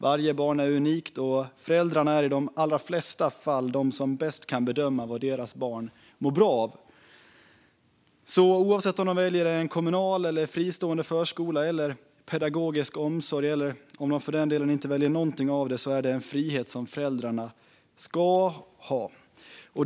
Varje barn är unikt, och föräldrarna är i de flesta fall de som bäst kan bedöma vad deras barn mår bra av. Oavsett om de väljer en kommunal eller fristående förskola, eller pedagogisk omsorg - eller om de för den delen inte väljer något av detta - är det en frihet som föräldrarna ska ha.